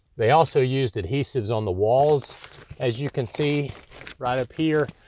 they also used adhesives on the walls as you can see right up here,